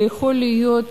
זה יכול לתת